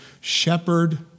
shepherd